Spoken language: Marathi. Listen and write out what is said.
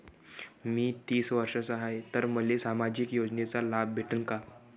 मी तीस वर्षाचा हाय तर मले सामाजिक योजनेचा लाभ भेटन का?